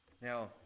Now